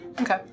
Okay